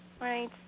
right